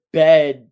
bed